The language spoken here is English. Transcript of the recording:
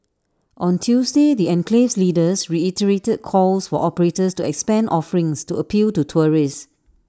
on Tuesday the enclave's leaders reiterated calls for operators to expand offerings to appeal to tourists